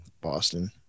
Boston